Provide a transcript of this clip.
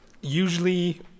usually